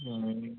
હમ